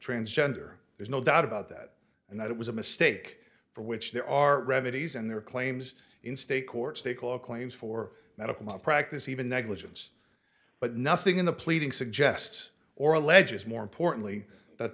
transgender there's no doubt about that and that it was a mistake for which there are remedies and there are claims in state courts take all claims for medical malpractise even negligence but nothing in the pleading suggests or alleges more importantly that